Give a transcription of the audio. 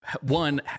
one